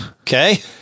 Okay